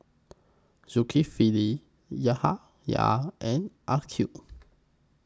Zulkifli Yahaya and Aqil